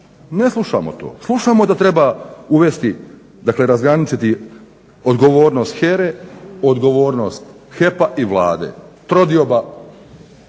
ne slušamo to. Slušamo da treba uvesti, dakle razgraničiti odgovornost HERA-e, odgovornost HEP-a i Vlade, trodioba